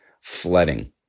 flooding